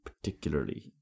particularly